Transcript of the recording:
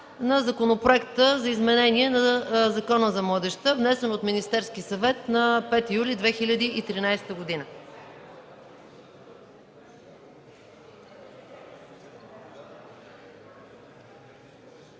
законопроект за изменение на Закона за младежта, внесен от Министерския съвет на 5 юли 2013 г.